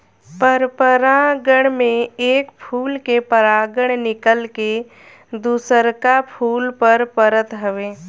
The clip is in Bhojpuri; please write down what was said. परपरागण में एक फूल के परागण निकल के दुसरका फूल पर परत हवे